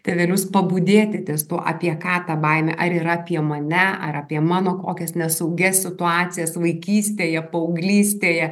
tėvelius pabudėti ties tuo apie ką ta baimė ar yra apie mane ar apie mano kokias nesaugias situacijas vaikystėje paauglystėje